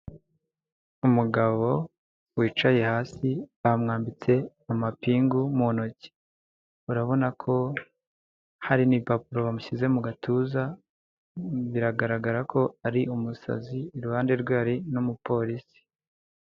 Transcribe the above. Umugabo wicaye hasi bamwambitse amapingu mu ntoki, urabona ko hari n'impapuro bamushyize mu gatuza, biragaragara ko ari umusazi iruhande rwe hari n'umupolisi.